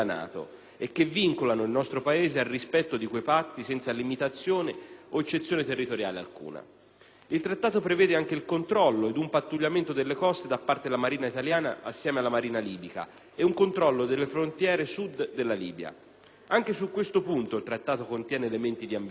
e che vincolano il nostro Paese al rispetto di quei patti senza limitazione o eccezione territoriale alcuna. Il Trattato prevede anche il controllo e un pattugliamento delle coste da parte della Marina italiana assieme alla Marina libica ed un controllo delle frontiere terrestri della Libia. Anche su questo punto il Trattato contiene elementi di ambiguità.